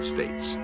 States